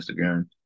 Instagram